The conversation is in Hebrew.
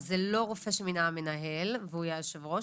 אז זה לא רופא שמינה המנהל והוא יהיה יושב הראש.